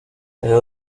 calla